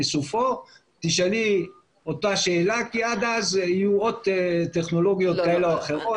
בסופו תשאלי את אותה שאלה כי עד אז יהיו עוד טכנולוגיות כאלה ואחרות.